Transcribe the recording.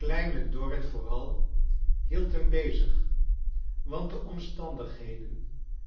kleine dorrit vooral hield hem bezig want de omstandigheden